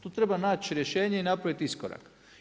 Tu treba naći rješenje i napraviti iskorak.